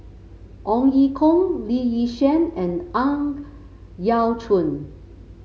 Ong Ye Kung Lee Yi Shyan and Ang Yau Choon